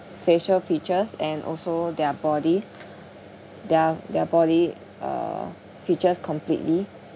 facial features and also their body their their body uh features completely